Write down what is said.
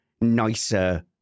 nicer